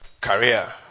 career